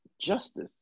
Justice